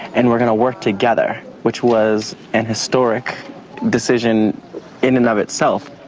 and we're going to work together, which was an historic decision in and of itself.